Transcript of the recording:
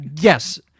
Yes